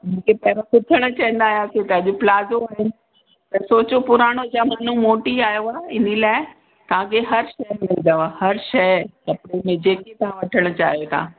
जिन खे पहिरों सुथड़ चईंदा हुयासीं त अॼु प्लाजो आहिनि त सोचो पुराणो जमानो मोटी आयो आहे इन ला तव्हांखे हर शइ मिलंदव हर शइ कपिड़े में जेकी तव्हां वठणु चाहियो थी